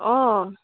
অঁ